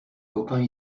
copains